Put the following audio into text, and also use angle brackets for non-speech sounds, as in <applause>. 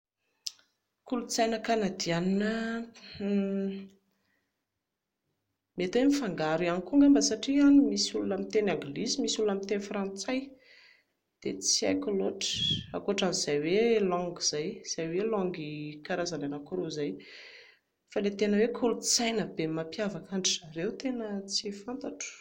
Kolotsaina kanadiana, <hesitation> mety hoe mifangaro ihany koa angamba satria any misy olona miteny anglisy, misy olona miteny frantsay, dia tsy haiko loatra ankoatran'izay hoe langue izay, izay langue karazany anankiroa izay, fa ilay tena hoe kolontsaina be mampihavaka an-dry zareo tena tsy fantatro